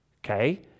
Okay